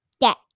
get